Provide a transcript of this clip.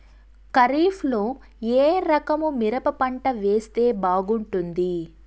ఖరీఫ్ లో ఏ రకము మిరప పంట వేస్తే బాగుంటుంది